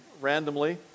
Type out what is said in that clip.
randomly